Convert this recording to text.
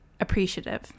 appreciative